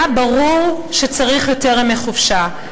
היה ברור שצריך יותר ימי חופשה,